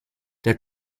der